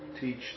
teach